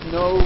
no